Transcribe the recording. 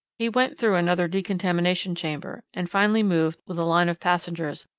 he went through another decontamination chamber, and finally moved, with a line of passengers,